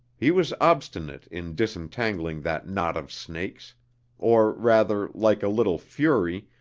he was obstinate in disentangling that knot of snakes or rather, like a little fury,